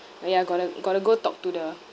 orh ya got to got to go talk to the